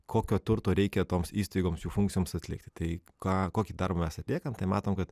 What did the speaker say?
kokio turto reikia toms įstaigoms jų funkcijoms atlikti tai ką kokį darbą mes atliekam tai matom kad